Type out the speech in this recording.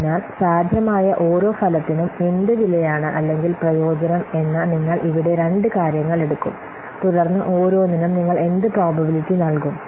അതിനാൽ സാധ്യമായ ഓരോ ഫലത്തിനും എന്ത് വിലയാണ് അല്ലെങ്കിൽ പ്രയോജനം എന്ന് നിങ്ങൾ ഇവിടെ രണ്ട് കാര്യങ്ങൾ എടുക്കും തുടർന്ന് ഓരോന്നിനും നിങ്ങൾ എന്ത് പ്രോബബിലിറ്റി നൽകും